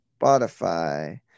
Spotify